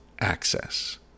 access